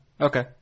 Okay